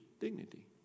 dignity